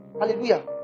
Hallelujah